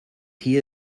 here